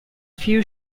few